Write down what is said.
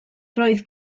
roedd